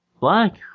Black